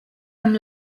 amb